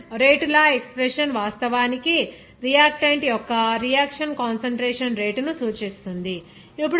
reaction rate law expression వాస్తవానికి reactant యొక్క reaction concentration రేటును సూచిస్తుంది